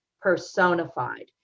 personified